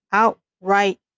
outright